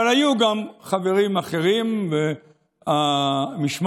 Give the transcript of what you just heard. אבל היו גם חברים אחרים, והמשמעת